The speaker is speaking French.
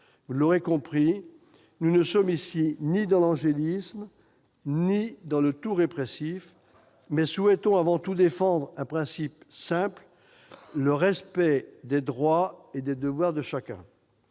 vous l'aurez compris, nous ne sommes ici ni dans l'angélisme ni dans le tout-répressif. Nous souhaitons avant tout défendre un principe simple : le respect des droits et des devoirs de chacun.